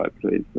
please